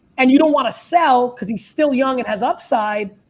and you don't want to sell cause he's still young and has upside.